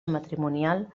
matrimonial